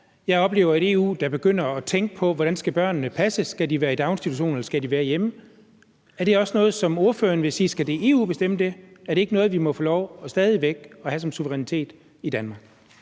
Jeg oplever et EU, der begynder at tænke på, hvordan børnene skal passes – om de skal være i daginstitution, eller om de skal være hjemme. Er det også noget, som ordføreren vil sige at de skal bestemme i EU? Er det ikke noget, hvor vi må få lov til stadig væk at have suverænitet i Danmark?